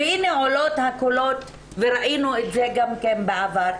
והינה, עולים הקולות וראינו את זה גם כן בעבר.